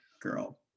girl